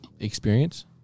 Experience